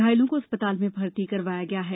घायलों को अस्पताल में भर्ती करवाया गया है